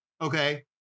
Okay